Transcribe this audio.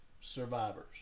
survivors